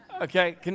Okay